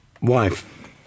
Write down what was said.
wife